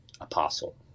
apostle